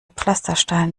pflasterstein